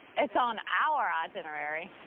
it's on our itinerary.